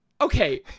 Okay